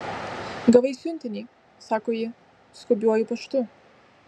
gavai siuntinį sako ji skubiuoju paštu